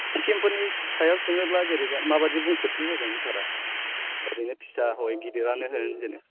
scheme फोरनि सायाव सोङोब्ला जेरै माबायदि बुंफोरथि होगोन सार आ ओरैनो फिसाहोन गिदिरानोहोन जेनेबा